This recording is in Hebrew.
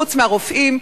חוץ מהרופאים,